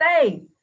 faith